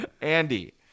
andy